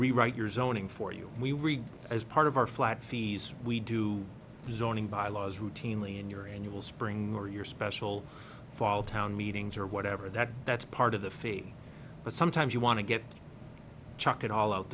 rewrite your zoning for you we read as part of our flat fees we do rezoning bylaws routinely in your annual spring or your special fall town meetings or whatever that that's part of the fee but sometimes you want to get chuck it all out